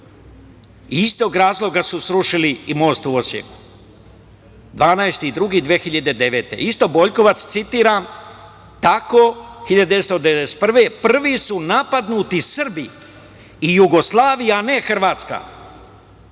tog razloga su srušili i most u Osijeku, 12.02.2009. godine. Isto Boljkovac, citiram, tako 1991. godine prvi su napadnuti Srbi i Jugoslavija, a ne Hrvatski.